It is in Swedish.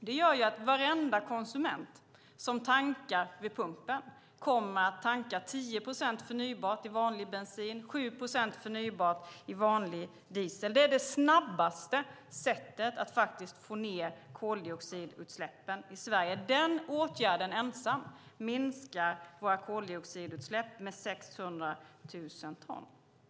Det gör att varenda konsument som tankar vid pumpen kommer att tanka 10 procent förnybart i vanlig bensin och 7 procent förnybart i vanlig diesel. Det är det snabbaste sättet att få ned koldioxidutsläppen i Sverige. Den åtgärden ensam minskar våra koldioxidutsläpp med 600 000 ton.